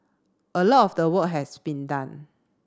a lot of the work has been done